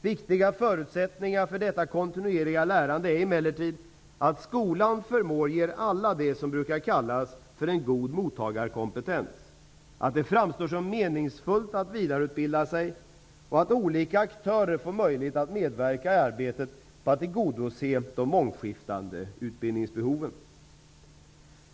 Viktiga förutsättningar för detta kontinuerliga lärande är emellertid att skolan förmår ge alla det som brukar kallas för en god mottagarkompetens, att det framstår som meningsfullt att vidareutbilda sig och att olika aktörer får möjlighet att medverka i arbetet på att tillgodose de mångskiftande utbildningsbehoven.